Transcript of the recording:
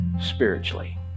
spiritually